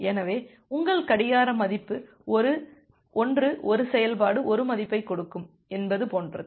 எனவே உங்கள் கடிகார மதிப்பு 1 ஒரு செயல்பாடு 1 மதிப்பைக் கொடுக்கும் என்பது போன்றது